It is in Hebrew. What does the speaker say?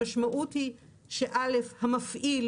המשמעות היא א', שהמפעיל